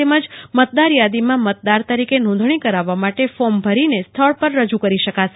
તેમજ મતંદારયાદીમાં મતદાર તરીકે નોંધણી કરાવવા માટે ફોર્મ ભરીને સ્થળ પર રજુકરી શકાશે